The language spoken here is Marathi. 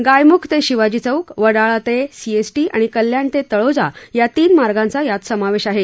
गायमुख ते शिवाजी चौक वडाळा ते सीएसटी आणि कल्याण ते तळोजा या तीन मार्गांचा यात समावेश आहे